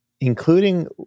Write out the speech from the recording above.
including